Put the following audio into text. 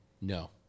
No